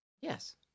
Yes